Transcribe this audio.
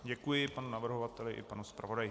Děkuji panu navrhovateli i panu zpravodaji.